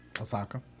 Osaka